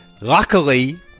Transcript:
luckily